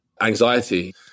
anxiety